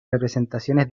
representaciones